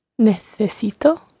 Necesito